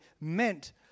meant